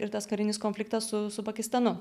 ir tas karinis konfliktas su pakistanu